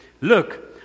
Look